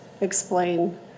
explain